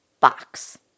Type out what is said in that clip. box